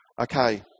Okay